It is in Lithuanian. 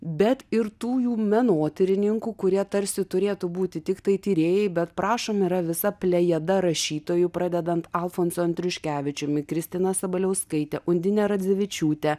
bet ir tų jų menotyrininkų kurie tarsi turėtų būti tiktai tyrėjai bet prašom yra visa plejada rašytojų pradedant alfonsu andriuškevičiumi kristina sabaliauskaite undine radzevičiūte